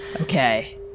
Okay